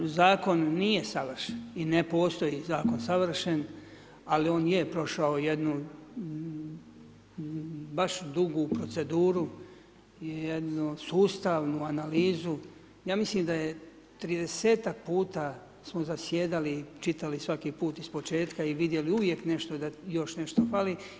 Zakon nije savršen i ne postoji zakon savršen, ali on je prošao jednu baš dugu proceduru, jednu sustavnu analizu, ja mislim da je 30-tak puta smo zasjedali, čitali svaki put iz početka i vidjeli uvijek nešto da još nešto fali.